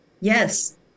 Yes